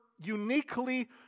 uniquely